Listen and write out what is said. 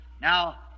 Now